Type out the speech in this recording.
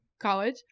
College